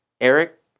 Eric